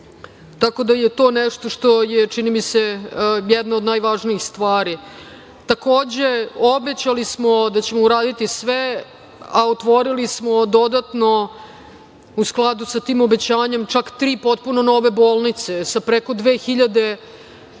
tako da to je nešto što je, čini mi se, jedna od najvažnijih stvari. Takođe, obećali smo da ćemo uraditi sve, a otvorili smo dodatno, u skladu sa tim obećanjem, čak tri potpuno nove bolnice sa preko 2.000 kreveta